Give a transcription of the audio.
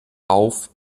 auf